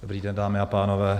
Dobrý den, dámy a pánové.